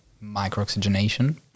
micro-oxygenation